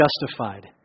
justified